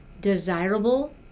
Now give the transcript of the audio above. desirable